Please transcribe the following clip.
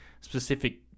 specific